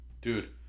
Dude